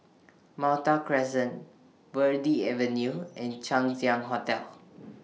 Malta Crescent Verde Avenue and Chang Ziang Hotel